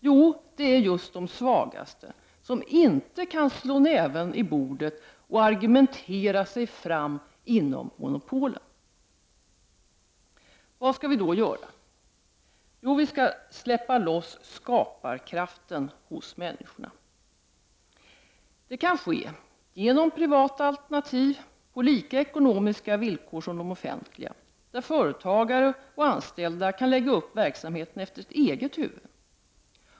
Jo, det är just de svagaste, de som inte kan slå näven i bordet och argumentera sig fram inom monopolen. Vad skall vi då göra? Vi skall släppa loss skaparkraften hos människorna. Det kan ske genom privata alternativ med samma ekonomiska villkor som de offentliga, där företagare och anställda kan lägga upp verksamheten efter eget huvud.